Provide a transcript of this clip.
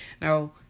Now